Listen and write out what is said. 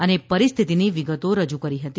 અને પરિસ્થિતીની વિગતો રજૂ કરી હતી